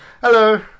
Hello